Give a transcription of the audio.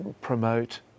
promote